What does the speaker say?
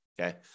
okay